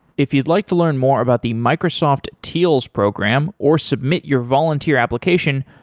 if you'd like to learn more about the microsoft teals program or submit your volunteer application,